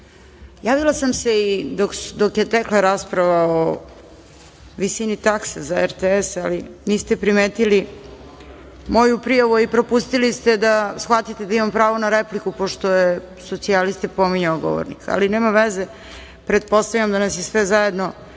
javila sam se i dok je tekla rasprava o visini takse za RTS, ali niste primetili moju prijavu, a i propustili ste da shvatite da imam pravo na repliku, pošto je socijaliste pominjao govornik. Ali, nema veze, pretpostavljam da nas je sve zajedno